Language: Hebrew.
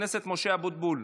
חבר הכנסת משה אבוטבול,